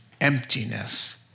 emptiness